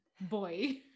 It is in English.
boy